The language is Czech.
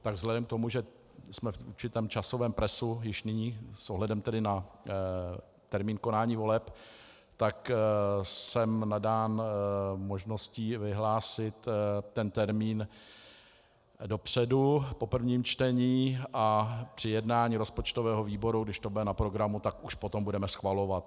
Tak vzhledem k tomu, že jsme v určitém časovém presu již nyní s ohledem na termín konání voleb, tak jsem nadán možností vyhlásit ten termín dopředu po prvním čtení a při jednání rozpočtového výboru, když to bude na programu, tak už potom budeme schvalovat.